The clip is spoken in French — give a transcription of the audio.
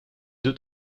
deux